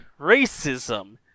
racism